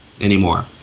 anymore